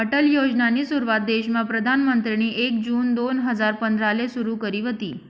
अटल योजनानी सुरुवात देशमा प्रधानमंत्रीनी एक जून दोन हजार पंधराले सुरु करी व्हती